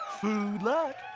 food luck.